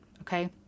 okay